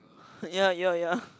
ya ya ya